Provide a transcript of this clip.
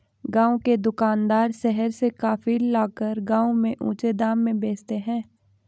गांव के दुकानदार शहर से कॉफी लाकर गांव में ऊंचे दाम में बेचते हैं